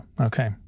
Okay